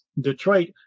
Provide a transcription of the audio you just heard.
Detroit